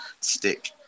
stick